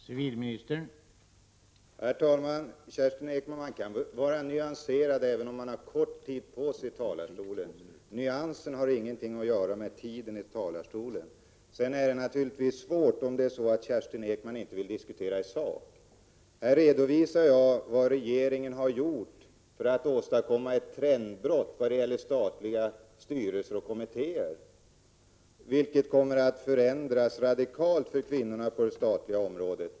Herr talman! Man kan mycket väl, Kerstin Ekman, vara nyanserad även om man har kort tid på sig i talarstolen. Nyanser har ingenting att göra med taletidens längd. Men kanske Kerstin Ekman inte vill diskutera i sak? Jag har redovisat vad regeringen har gjort för att åstadkomma ett trendbrott då det gäller statliga styrelser och kommittéer. Det kommer att innebära radikala förändringar för kvinnorna på det statliga området.